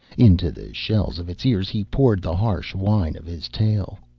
into the shells of its ears he poured the harsh wine of his tale.